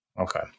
Okay